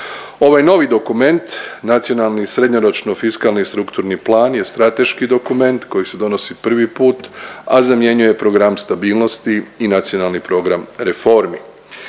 Ovaj novi dokument nacionalni i srednjoročno fiskalni i strukturni plan je strateški dokument koji se donosi prvi put, a zamjenjuje Program stabilnosti i Nacionalni program reformi.